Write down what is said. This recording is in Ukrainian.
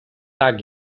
так